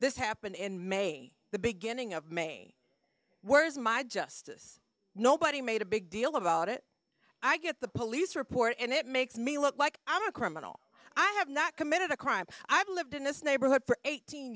this happened in may the beginning of may where's my justice nobody made a big deal about it i get the police report and it makes me look like i'm a criminal i have not committed a crime i've lived in this neighborhood for eight